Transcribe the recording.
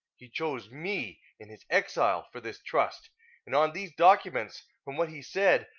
he chose me, in his exile, for this trust and on these documents, from what he said,